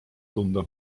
tunda